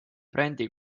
brändi